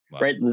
Right